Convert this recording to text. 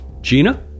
Gina